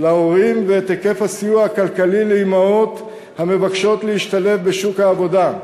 להורים ואת היקף הסיוע הכלכלי לאימהות המבקשות להשתלב בשוק העבודה.